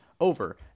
over